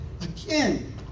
again